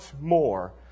more